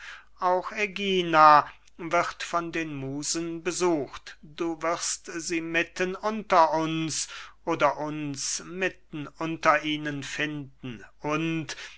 auch ägina wird von den musen besucht du wirst sie mitten unter uns oder uns mitten unter ihnen finden und